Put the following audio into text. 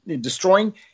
destroying